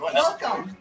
Welcome